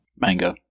manga